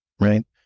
right